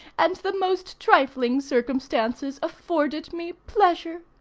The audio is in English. and the most trifling circumstances afforded me pleasure.